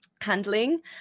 handling